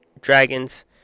Dragons